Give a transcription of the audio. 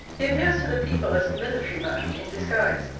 he appears to the people as a military man, in disguise,